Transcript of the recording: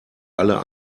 alle